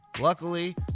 Luckily